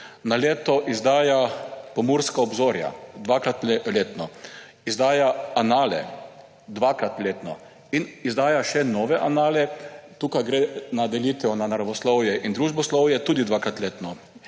letno izdaja Pomurska obzorja, izdaja Anale dvakrat letno in izdaja še Nove anale, kjer gre za delitev na naravoslovje in družboslovje, tudi dvakrat letno.